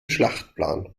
schlachtplan